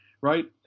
right